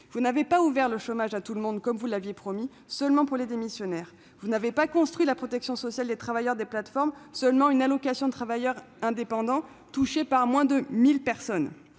vous n'avez pas ouvert l'indemnisation du chômage à tout le monde, comme vous l'aviez promis, mais seulement aux démissionnaires ; vous n'avez pas construit la protection sociale des travailleurs des plateformes, mais seulement une allocation des travailleurs indépendants, perçue par moins de 1 000 personnes